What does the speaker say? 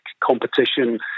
competition